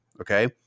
Okay